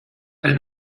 elle